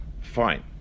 fine